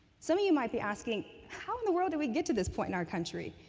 some of you might be asking, how in the world did we get to this point in our country?